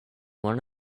one